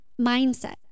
mindset